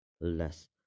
less